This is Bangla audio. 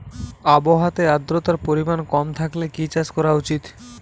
আবহাওয়াতে আদ্রতার পরিমাণ কম থাকলে কি চাষ করা উচিৎ?